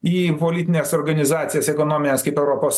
į politines organizacijas ekonomines kaip europos